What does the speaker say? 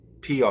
PR